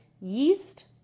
Yeast